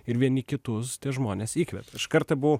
ir vieni kitus žmonės įkvepia aš kartą buvau